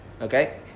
Okay